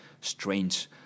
strange